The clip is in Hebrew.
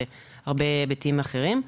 והרבה היבטים אחרים.